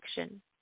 action